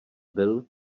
byl